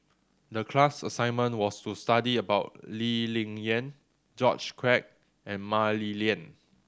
the class assignment was to study about Lee Ling Yen George Quek and Mah Li Lian